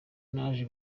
naje